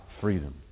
freedom